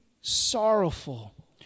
sorrowful